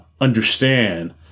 understand